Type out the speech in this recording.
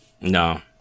No